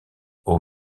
aux